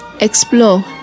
explore